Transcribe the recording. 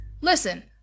Listen